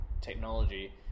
technology